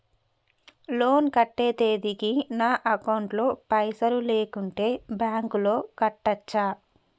Loan కట్టే తేదీకి నా అకౌంట్ లో పైసలు లేకుంటే బ్యాంకులో కట్టచ్చా?